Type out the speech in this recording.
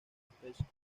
especies